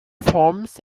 forms